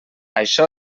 això